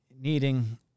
needing